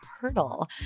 Hurdle